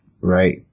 right